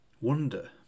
wonder